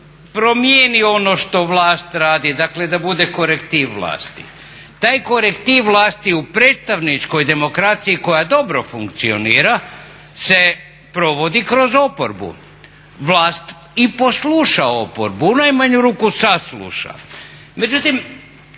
promijeni ono što vlast radi, dakle da bude korektiv vlasti. Taj korektiv vlasti u predstavničkoj demokraciji koja dobro funkcionira se provodi kroz oporbu. Vlast i posluša oporbu, u najmanju ruku sasluša. Međutim,